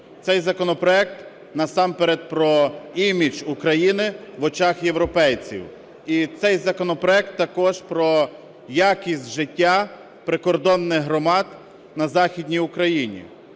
Цей законопроект насамперед про імідж України в очах європейців і цей законопроект також про якість життя прикордонних громад на Західній Україні.